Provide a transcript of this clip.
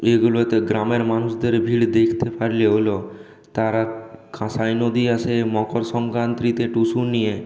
এগুলোতে গ্রামের মানুষদের ভিড় দেখতে পারলে হলো তারা কাঁসাই নদী আসে মকর সংক্রান্তিতে টুসু নিয়ে